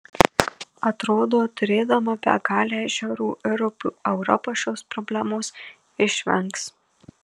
atrodo turėdama begalę ežerų ir upių europa šios problemos išvengs